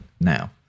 now